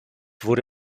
wurde